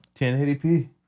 1080p